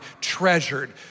treasured